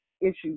issues